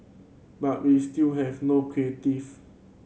but we still have no creative